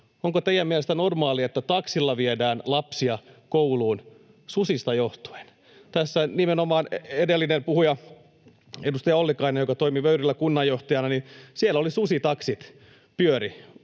Onko teidän mielestänne normaalia, että taksilla viedään lapsia kouluun susista johtuen? [Anne Kalmari: Ei ole!] Tässä nimenomaan edellinen puhuja, edustaja Ollikainen, toimi Vöyrillä kunnanjohtajana, ja siellä susitaksit pyörivät